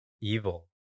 evil